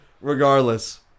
Regardless